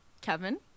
Kevin